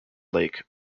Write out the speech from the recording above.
lake